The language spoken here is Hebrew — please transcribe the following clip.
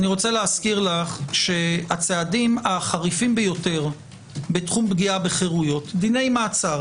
אני מזכיר שהצעדים החריפים ביותר בתחום פגיעה בחירויות - דיני מעצר.